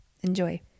Enjoy